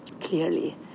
clearly